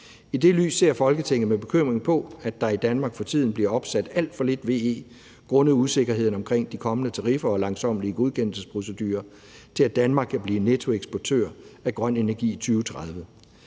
I det lys ser Folketinget med bekymring på, at der i Danmark for tiden bliver opsat alt for lidt VE grundet usikkerheden omkring kommende tariffer og langsommelige godkendelsesprocedurer til, at Danmark kan blive nettoeksportør af grøn energi i 2030.